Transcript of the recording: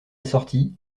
sortie